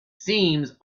seems